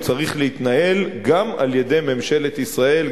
הוא צריך להתנהל גם על-ידי ממשלת ישראל,